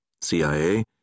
CIA